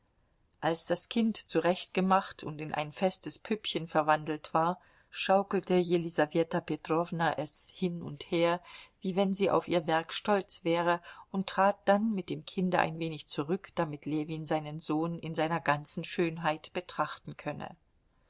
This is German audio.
als das kind zurechtgemacht und in ein festes püppchen verwandelt war schaukelte jelisaweta petrowna es hin und her wie wenn sie auf ihr werk stolz wäre und trat dann mit dem kinde ein wenig zurück damit ljewin seinen sohn in seiner ganzen schönheit betrachten könne